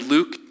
Luke